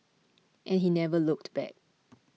and he never looked back